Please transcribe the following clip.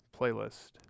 playlist